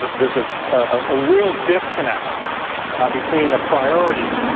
there's a ah real disconnect between the priorities,